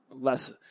less